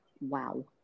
Wow